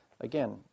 Again